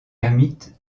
ermite